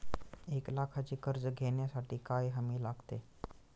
एक लाखाचे कर्ज घेण्यासाठी काय हमी लागते?